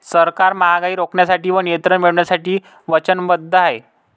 सरकार महागाई रोखण्यासाठी व नियंत्रण मिळवण्यासाठी वचनबद्ध आहे